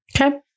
Okay